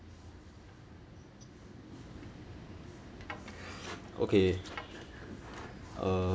okay uh